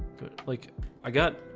good like i got